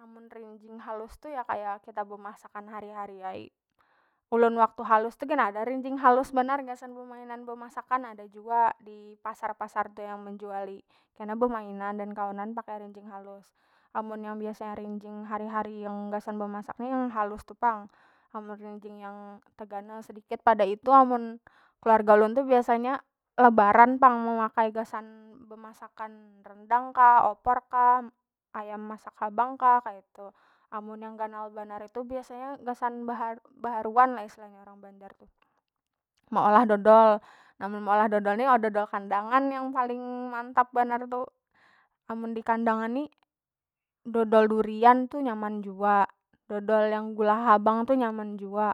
Amun rinjing halus tu ya kaya kita bemasak hari- hari ai. Ulun waktu halus tuh gin ada rinjing halus banar gasan bemainan bemasakan ada jua dipasar- pasar tu yang menjuali kena bemainan dan kawanan pakai rinjing halus. Amun yang biasanya rinjing hari- hari yang gasan bemasak ni yang halus tu pang, amun rinjing yang teganal sedikit pada itu amun keluarga ulun tu biasanya lebaran pang memakai gasan bemasakan rendang kah opor kah ayam masak habang kah kaitu. Amun yang ganal banar itu biasanya gasan behar beharuan istilahnya orang banjar tu meulah dodol amun meulah dodol nih dodol kandangan yang paling mantap banar tu, amun di kandangan ni dodol durian tu nyaman jua dodol yang gula habang tu nyaman jua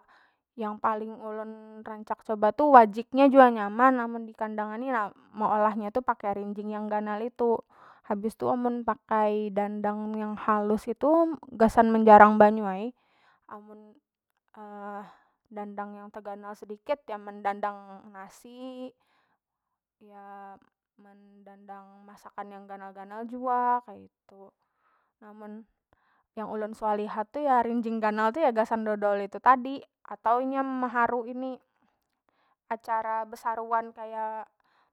yang paling ulun rancang coba tu wajik nya jua nyaman amun di kandangan ni na meolah nya tu pakai rinjing yang ganal itu, habis tu amun pakai dandang yang halus itu gasan menjarang banyu ai, amun dandang yang teganal sedikit yang mendandang nasi mendandang masakan yang ganal- ganal jua kaitu, na mun yang ulun suah lihat tu ya rinjing ganal tu ya gasan dodol itu tadi atau inya meharu ini acara besaruan kaya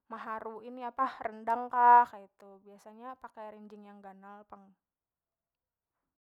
meharu ini apah rendang kah kaitu biasanya pakai rinjing yang ganal pang.